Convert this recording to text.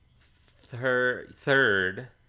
third